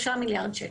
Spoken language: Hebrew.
3 מיליארד שקל.